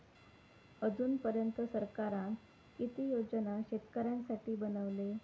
अजून पर्यंत सरकारान किती योजना शेतकऱ्यांसाठी बनवले?